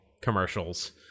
commercials